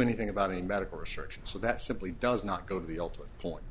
anything about any medical research and so that simply does not go to the ultimate point